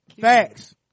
Facts